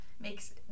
makes